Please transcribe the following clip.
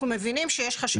אנחנו מבינים שיש חשיבות.